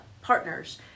partners